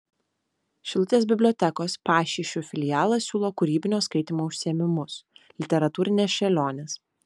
šilutės bibliotekos pašyšių filialas siūlo kūrybinio skaitymo užsiėmimus literatūrinės šėlionės